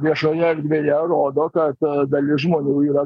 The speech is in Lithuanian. viešoje erdvėje rodo kad dalis žmonių yra